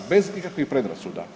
Bez ikakvih predrasuda.